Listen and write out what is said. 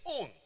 own